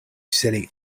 silly